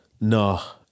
no